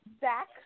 back